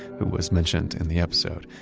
who was mentioned in the episode,